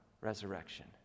resurrection